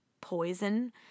poison